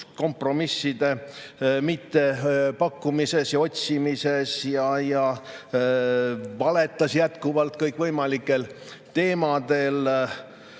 kompromisside mittepakkumises ja mitteotsimises ning valetas jätkuvalt kõikvõimalikel teemadel.